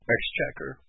Exchequer